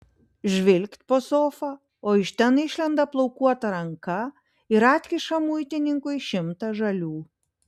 žvilgt po sofa o iš ten išlenda plaukuota ranka ir atkiša muitininkui šimtą žalių